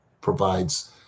provides